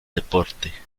deporte